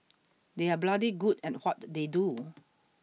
they are bloody good at what they do